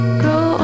grow